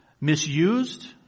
Misused